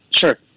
Sure